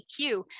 EQ